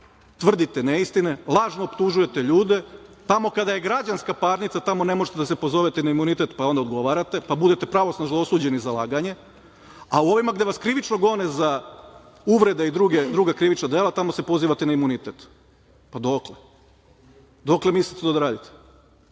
tvrdite neistine, lažno optužujete ljude. Tamo kada je građanska parnica, tamo ne možete da se pozovete na imunitet, pa onda odgovarate, pa budete pravosnažno osuđeni za laganje, a ovima gde vas krivično gone za uvrede i druga krivična dela, tamo se pozivate na imunitet. Dokle? Dokle mislite to da radite?